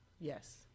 Yes